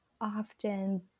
often